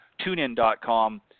tunein.com